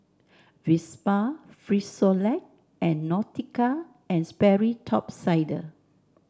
Vespa Frisolac and Nautica And Sperry Top Sider